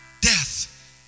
death